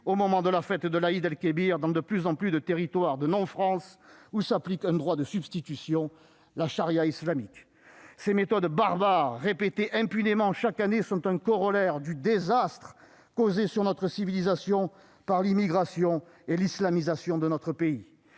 au moment de la fête de l'Aïd-el-Kébir, dans de plus en plus de territoires de non-France où s'applique un droit de substitution : la charia islamique. Ces méthodes barbares, répétées impunément chaque année, sont un corollaire du désastre causé sur notre civilisation par l'immigration et l'islamisation de notre pays.